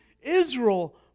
Israel